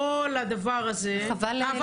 כל הדבר הזה --- חבל לדחות את זה.